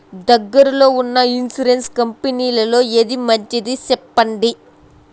దగ్గర లో ఉన్న ఇన్సూరెన్సు కంపెనీలలో ఏది మంచిది? సెప్పండి?